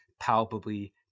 palpably